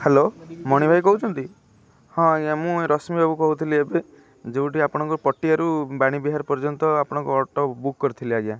hello Mani ଭାଇ କହୁଛନ୍ତି ହଁ ଆଜ୍ଞା ମୁଁ ରଶ୍ମୀ ବାବୁ କହୁଥିଲି ଏବେ ଯେଉଁଠି ଆପଣଙ୍କ ପଟିଆରୁ ବାଣୀବିହାର ପର୍ଯ୍ୟନ୍ତ ଆପଣଙ୍କ ଅଟୋ ବୁକ୍ କରିଥିଲି ଆଜ୍ଞା